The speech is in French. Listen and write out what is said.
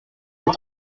mais